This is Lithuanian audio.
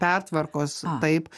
pertvarkos taip